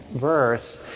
verse